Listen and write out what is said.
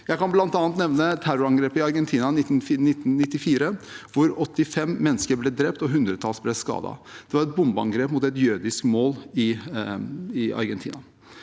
Jeg kan bl.a. nevne terrorangrepet i Argentina i 1994, hvor 85 mennesker ble drept og hundretalls ble skadet. Det var et bombeangrep mot et jødisk mål i Argentina.